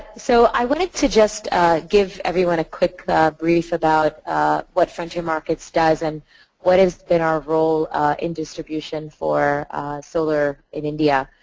so, i wanted to just give everyone a quick brief about what frontier markets does and what is been our role in distribution for solar in india.